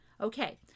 Okay